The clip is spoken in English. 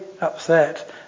upset